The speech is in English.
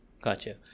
Gotcha